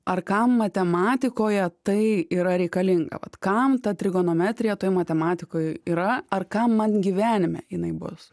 ar kam matematikoje tai yra reikalinga vat kam ta trigonometrija toj matematikoj yra ar kam man gyvenime jinai bus